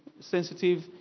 sensitive